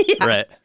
right